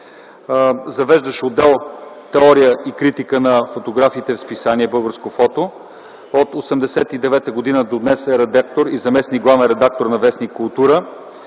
Завеждащ отдел „Теория и критика на фотографите” в сп. „Българско фото”. От 1989 г. до днес е редактор и заместник главен редактор на в. „Култура”.